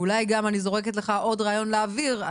אולי גם אני זורקת לך עוד רעיון לאוויר,